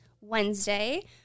Wednesday